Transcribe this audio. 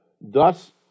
thus